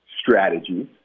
strategies